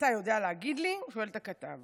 אתה יודע להגיד לי?" הוא שואל את הכתב,